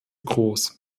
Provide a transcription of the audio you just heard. groß